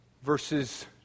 Verses